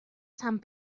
sant